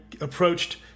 approached